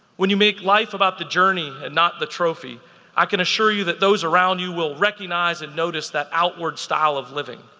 when you make life about the journey and not the trophy i can assure you that those around you will recognize and notice that outward style of living.